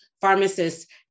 pharmacists